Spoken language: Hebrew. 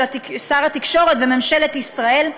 שר התקשורת בממשלת ישראל,